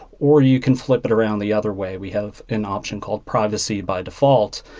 or you can flip it around the other way. we have an option called privacy by default.